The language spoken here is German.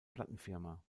plattenfirma